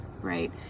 right